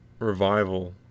revival